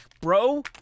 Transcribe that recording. bro